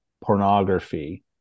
pornography